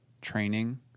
training